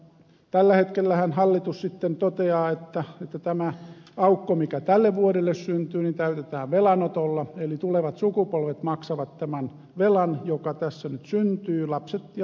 tällä hetkellähän hallitus sitten toteaa että tämä aukko mikä tälle vuodelle syntyy täytetään velan otolla eli tulevat sukupolvet maksavat tämän velan joka tässä nyt syntyy lapset ja lapsenlapsemme